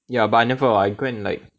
ya but I never I go and like